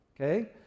okay